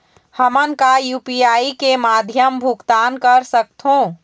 हमन का यू.पी.आई के माध्यम भुगतान कर सकथों?